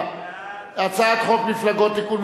הצעת חוק המפלגות (תיקון,